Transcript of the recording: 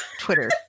Twitter